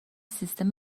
سیستم